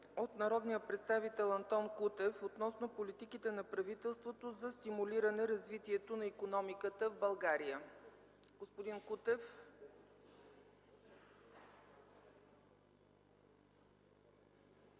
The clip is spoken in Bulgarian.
от народния представител Антон Кутев относно политиките на правителството за стимулиране развитието на икономиката в България. Господин Кутев,